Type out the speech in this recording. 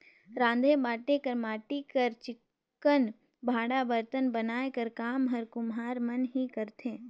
राँधे बांटे कर माटी कर चिक्कन भांड़ा बरतन बनाए कर काम हर कुम्हार मन कर ही रहथे